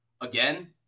again